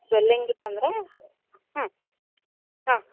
swelling ಇತ್ತಂದ್ರೆ ಹ್ಞೂ ಹಾಂ